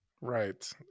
Right